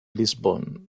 lisbonne